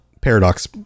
paradox